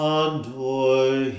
adore